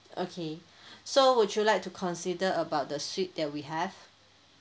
okay so would you like to consider about the suite that we have